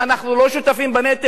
אנחנו לא שותפים בנטל?